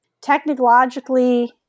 technologically